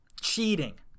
Cheating